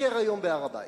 ביקר היום בהר-הבית,